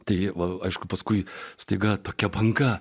tai aišku paskui staiga tokia banga